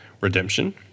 Redemption